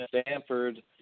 Stanford